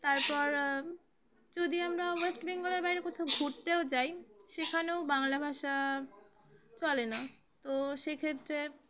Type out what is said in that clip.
তারপর যদি আমরা ওয়েস্ট বেঙ্গলের বাইরে কোথাও ঘুরতেও যাই সেখানেও বাংলা ভাষা চলে না তো সেক্ষেত্রে